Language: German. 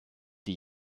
die